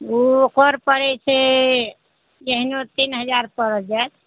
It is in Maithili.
ओकर पड़ै छै एहनो तीन हजार पड़ि जाएत